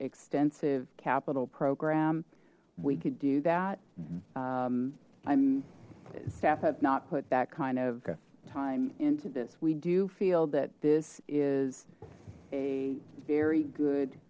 extensive capital program we could do that i'm staff have not put that kind of time into this we do feel that this is a very good